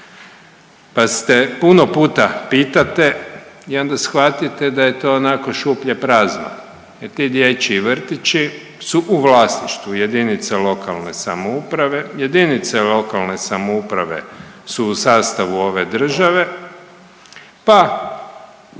pa se puno puta pitate i onda shvatite da je to onako šuplje, prazno jer ti dječji vrtići su u vlasništvu jedinica lokalne samouprave. Jedinice lokalne samouprave su u sastavu ove države, pa